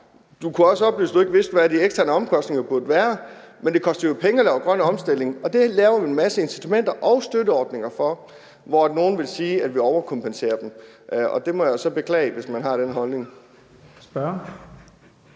Du kunne også oplyse, at du ikke vidste, hvad de eksterne omkostninger burde være. Men det koster jo penge at lave grøn omstilling, og i den forbindelse laver vi en masse incitamenter og støtteordninger, hvor nogle vil sige, at vi overkompenserer dem. Det må jeg så beklage, hvis man har den holdning. Kl.